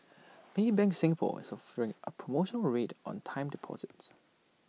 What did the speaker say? maybank Singapore is offering A promotional rate on time deposits